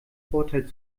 vorteil